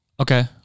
Okay